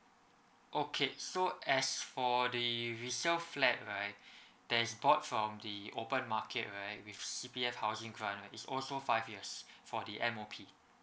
okay so as for the resale flat right that is bought from the open market right with C_P_F housing grant is also five years for the M_O_P